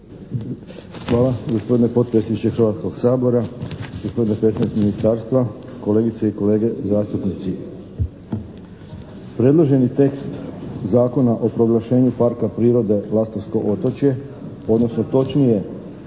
Hvala. Gospodine potpredsjedniče Hrvatskoga sabora, gospodine predstavniče ministarstva, kolegice i kolege zastupnici! Predloženi tekst Zakona o proglašenju Parka prirode "Lastovsko otočje" odnosno točnije